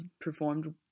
performed